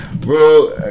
bro